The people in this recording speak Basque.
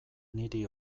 niri